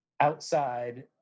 outside